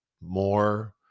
more